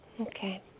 Okay